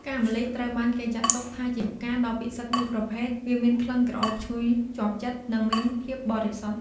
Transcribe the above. ផ្កាម្លិះត្រូវបានគេចាត់ទុកថាជាផ្កាដ៏ពិសិដ្ឋមួយប្រភេទ វាមានក្លិនក្រអូបឈ្ងុយជាប់ចិត្ត និងមានភាពបរិសុទ្ធ។